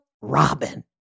Robin